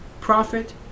profit